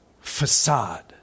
facade